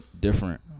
different